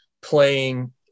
playing